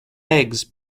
eggs